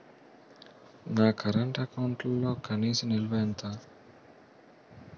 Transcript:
నా కరెంట్ అకౌంట్లో కనీస నిల్వ ఎంత?